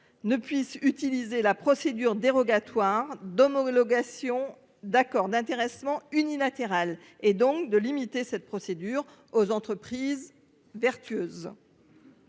ne puissent utiliser la procédure dérogatoire d'homologation d'un accord d'intéressement unilatéral. Nous voulons donc limiter cette procédure aux entreprises vertueuses.